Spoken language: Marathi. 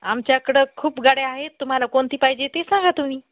आमच्याकडे खूप गाड्या आहेत तुम्हाला कोणती पाहिजे ते सांगा तुम्ही